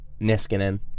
Niskanen